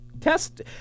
Test